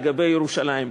לגבי ירושלים,